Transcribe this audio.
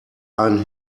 ein